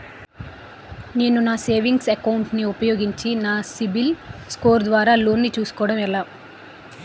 నేను నా savings account ను ఉపయోగించి నా యెక్క సిబిల్ స్కోర్ ద్వారా లోన్తీ సుకోవడం ఎలా?